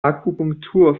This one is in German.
akupunktur